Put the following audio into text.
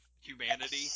Humanity